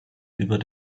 über